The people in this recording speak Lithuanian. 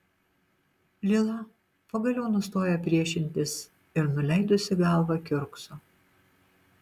lila pagaliau nustoja priešintis ir nuleidusi galvą kiurkso